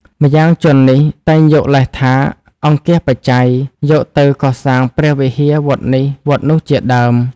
ម្យ៉ាងជននេះតែងយកលេសថា អង្គាសបច្ច័យយកទៅកសាងព្រះវិហារវត្តនេះវត្តនោះជាដើម ។